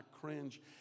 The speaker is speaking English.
cringe